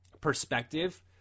perspective